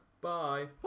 Bye